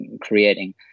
creating